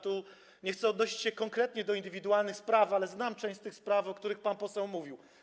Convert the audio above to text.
Tu nie chcę odnosić się konkretnie do indywidualnych spraw, ale znam część z tych spraw, o których pan poseł mówił.